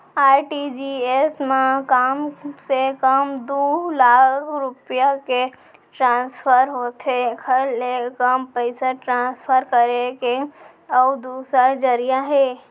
RTGS म कम से कम दू लाख रूपिया के ट्रांसफर होथे एकर ले कम पइसा ट्रांसफर करे के अउ दूसर जरिया हे